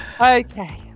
okay